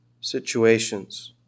situations